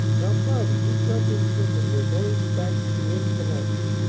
now, cloudy, you jump in quick, and we're going back to the inn for lunch.